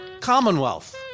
commonwealth